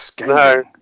No